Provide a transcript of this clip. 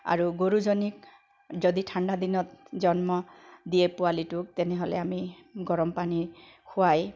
আৰু গৰুজনীক যদি ঠাণ্ডা দিনত জন্ম দিয়ে পোৱালীটোক তেনেহ'লে আমি গৰম পানী খুৱাই